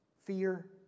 fear